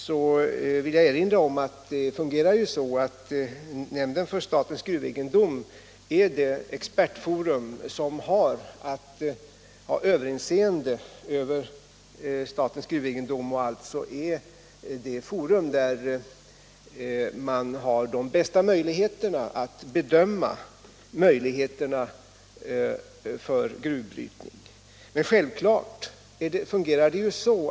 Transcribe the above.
Jag vill erinra om att nämnden för statens gruvegendom är det expertforum som skall ha överinseende över statens gruvegendom och alltså är det forum som har de bästa möjligheterna att bedöma förutsättningarna för gruvbrytning.